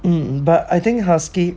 um but I think husky